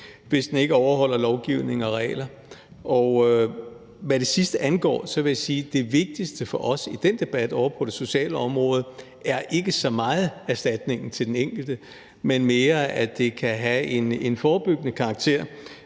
hvis den ikke overholder lovgivningen og reglerne. Hvad det sidste angår, vil jeg sige, at det vigtigste for os i den debat på det sociale område, ikke så meget er erstatningen til den enkelte, men mere, at det kan have en forebyggende karakter